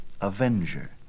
Avenger